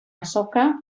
azoka